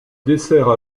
dessert